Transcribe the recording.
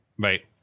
Right